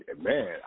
Man